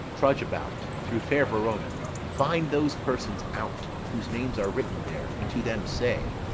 trudge about through fair verona find those persons out whose names are written there, and to them say,